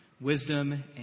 wisdom